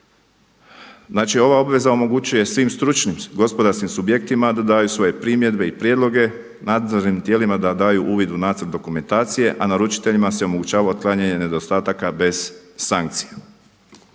žalbi. Ova obveza omogućuje svim stručnim gospodarskim subjektima da daju svoje primjedbe i prijedloge, nadzornim tijelima da daju uvid u nacrt dokumentacije, a naručiteljima se omogućava otklanjanje nedostataka bez sankcija.